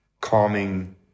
calming